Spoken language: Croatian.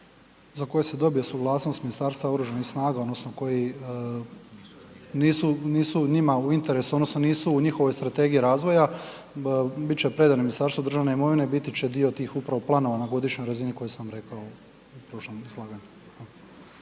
za koje se dobije suglasnost Ministarstva oružanih snaga odnosno koji nisu njima u interesu odnosno nisu u njihovoj strategiji razvoja, bit će predani Ministarstvu državne imovine, biti će dio tih upravo planova na godišnjoj razini koje sam rekao u prošlom izlaganju.